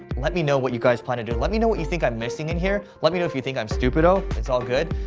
let me know what you guys plan to do. let me know what you think i'm missing in here. let me know if you think i'm stupido. it's all good.